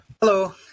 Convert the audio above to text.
Hello